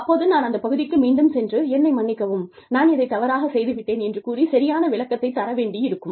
அப்போது நான் அந்தப் பகுதிக்கு மீண்டும் சென்று என்னை மன்னிக்கவும் நான் இதைத் தவறாக செய்து விட்டேன் என்று கூறி சரியான விளக்கத்தை தர வேண்டியிருக்கும்